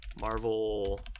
Marvel